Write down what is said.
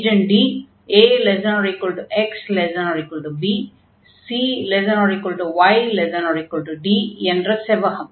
region Da≤x≤bc≤y≤d என்ற செவ்வகம்